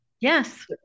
Yes